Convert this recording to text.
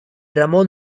ramón